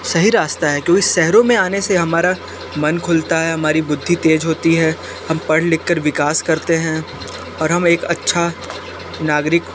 सही रासता है क्योंकि शहरों में आने से हमारा मन खुलता है हमारी बुद्धी तेज़ होती है हम पढ़ लिख कर विकास करते हैं और हम एक अच्छा नागरिक